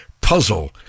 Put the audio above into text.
Puzzle